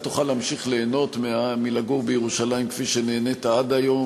תוכל להמשיך ליהנות מלגור בירושלים כפי שנהנית עד היום.